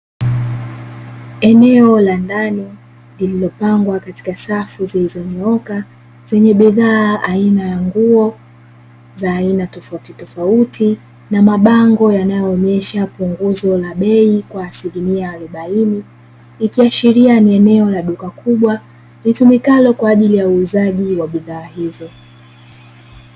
Eneo la ndani lililopangwa katika safu zilizonyooka; zenye bidhaa aina ya nguo za aina tofautitofauti, na mabango yanayoonyesha punguzo la bei kwa asilimia arobaini, ikiashiria ni eneo la duka kubwa litumikalo kwa ajili ya uuzaji wa bidhaa hizo.